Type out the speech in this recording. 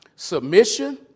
Submission